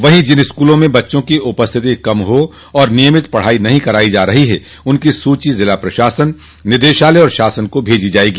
वहीं जिन स्कूलों में बच्चों की उपस्थिति कम हो और नियमित पढ़ाई नहीं करवाई जा रही है उनकी सूची जिला प्रशासन निदेशालय और शासन को भेजी जायेगी